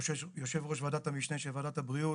יו"ר ועדת המשנה של ועדת הבריאות,